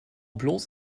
bloß